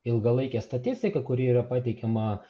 ilgalaikę statistiką kuri yra pateikiama